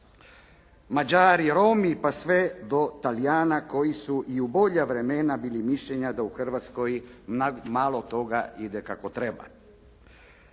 Mađari, Romi pa sve do Talijana koji su i bolja vremena bili mišljenja da u Hrvatskoj malo toga ide kako treba.